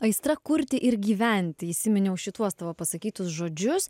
aistra kurti ir gyventi įsiminiau šituos tavo pasakytus žodžius